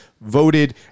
voted